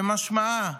שמשמעה,